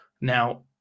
Now